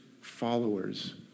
followers